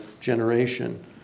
generation